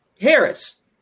Harris